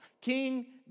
King